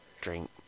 drink